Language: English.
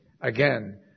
again